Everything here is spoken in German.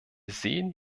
sehen